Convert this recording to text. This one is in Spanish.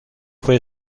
fue